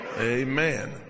Amen